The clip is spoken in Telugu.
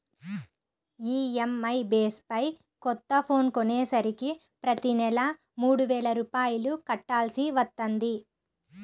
ఈఎంఐ బేస్ పై కొత్త ఫోన్ కొనేసరికి ప్రతి నెలా మూడు వేల రూపాయలు కట్టాల్సి వత్తంది